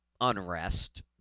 unrest